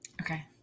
Okay